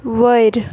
वयर